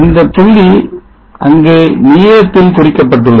இந்த புள்ளி இங்கே நீலத்தில் குறிக்கப்பட்டுள்ளது